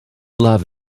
love